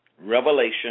Revelation